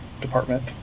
department